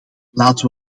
laten